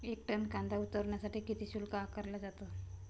एक टन कांदा उतरवण्यासाठी किती शुल्क आकारला जातो?